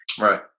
Right